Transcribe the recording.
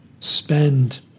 spend